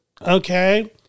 okay